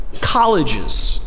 Colleges